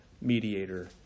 mediator